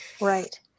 right